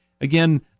again